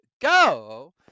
go